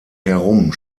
herum